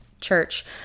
church